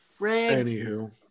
Anywho